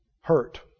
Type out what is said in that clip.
hurt